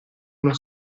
non